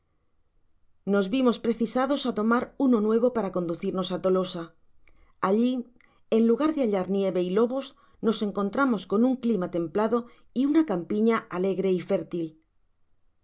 nos vimos precisados á tomar uno nuevo para conducirnos á tolosa allí en lugar de hallar nieve y lobos nos encontramos con un clima templado y una campiña alegre y fértil